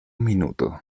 minuto